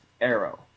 Arrow